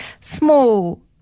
small